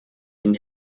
ihnen